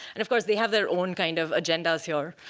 and of course, they have their own kind of agenda here,